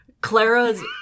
Clara's